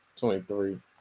23